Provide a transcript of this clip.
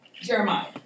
Jeremiah